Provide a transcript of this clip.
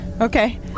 Okay